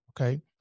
Okay